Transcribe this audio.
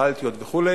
המדינות הבלטיות וכו'.